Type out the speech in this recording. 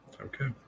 Okay